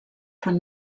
von